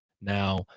Now